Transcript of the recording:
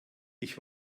ich